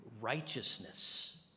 righteousness